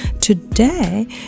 Today